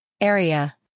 area